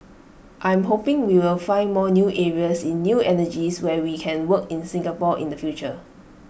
I'm hoping we will find more new areas in new energies where we can work in Singapore in the future